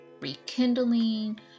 rekindling